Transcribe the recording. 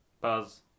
Buzz